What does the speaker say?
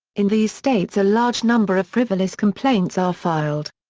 in these states a large number of frivolous complaints are filed.